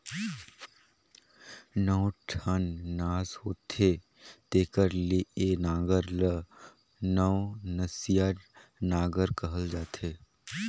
नौ ठन नास होथे तेकर ले ए नांगर ल नवनसिया नागर कहल जाथे